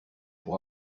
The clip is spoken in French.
pour